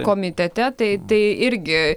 komitete tai tai irgi